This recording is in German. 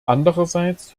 andererseits